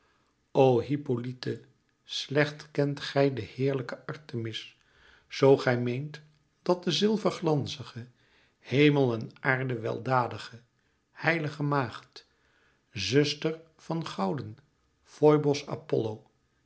o hippolyte slecht kent gij de heerlijke artemis zoo gij meent dat de zilverglanzige hemel en aarde weldadige heilige maagd zuster van gouden foibos apollo